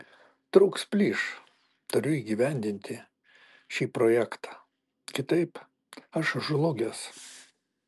trūks plyš turiu įgyvendinti šį projektą kitaip aš žlugęs